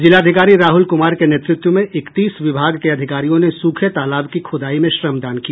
जिलाधिकारी राहुल कुमार के नेतृत्व में इकतीस विभाग के अधिकारियों ने सूखे तालाब के खुदाई में श्रमदान किया